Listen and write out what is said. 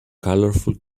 colorful